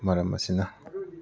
ꯃꯔꯝ ꯑꯁꯤꯅ